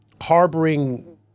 harboring